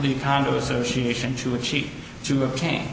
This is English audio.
the condo association to a cheap to obtain